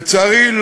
לצערי,